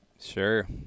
Sure